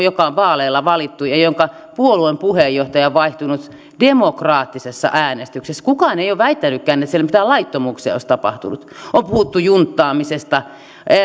joka on vaaleilla valittu ja jonka puolueen puheenjohtaja on vaihtunut demokraattisessa äänestyksessä kukaan ei ole väittänytkään että siellä mitään laittomuuksia olisi tapahtunut on puhuttu junttaamisesta